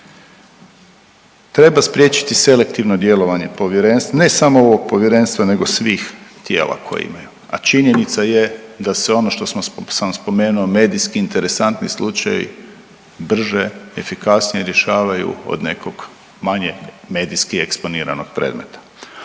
Treba spriječiti selektivno djelovanje povjerenstva, ne samo ovog povjerenstva nego svih tijela koje imaju, a činjenica je da sve ono što sam spomenuo medijski interesantni slučaji brže, efikasnije rješavaju od nekom manje medijski eksponiranog predmeta,